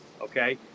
okay